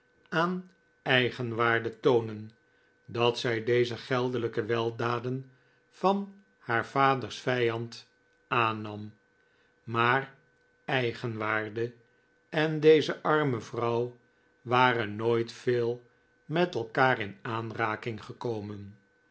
aan eigenwaarde toonen dat zij deze geldelijke weldaden van haar vaders vijand aannam maar eigenwaarde en deze arme vrouw waren nooit veel met elkaar in aanraking gekomen